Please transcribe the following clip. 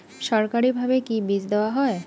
সরকারিভাবে কি বীজ দেওয়া হয়?